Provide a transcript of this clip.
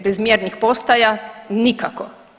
Bez mjernih postaja nikako.